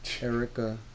Erica